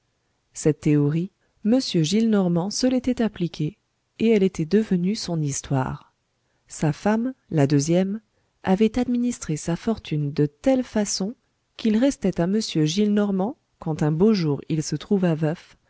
cette théorie m gillenormand se l'était appliquée et elle était devenue son histoire sa femme la deuxième avait administré sa fortune de telle façon qu'il restait à m gillenormand quand un beau jour il se trouva veuf